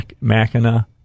Machina